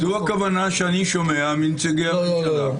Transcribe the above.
זאת הכוונה שאני שומע מנציגי הממשלה.